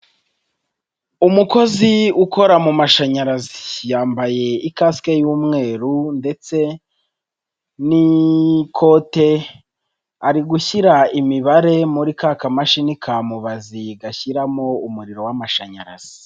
Umukozi ukora mu mashanyarazi yambaye ikasike y'umweru ndetse n'ikote ari gushyira imibare muri ka kamashini ka mubazi gashyiramo umuriro w'amashanyarazi.